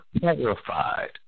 terrified